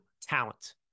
talent